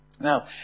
Now